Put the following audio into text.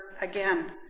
again